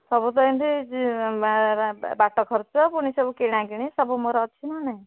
ସବୁତ ଏନ୍ତି ବାଟ ଖର୍ଚ ପୁଣି ସବୁ କିଣା କିଣି ସବୁ ମୋର ଅଛି ନା ନାହିଁ